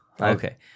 Okay